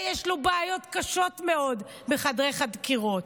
יש לו בעיות קשות מאוד בחדרי חקירות,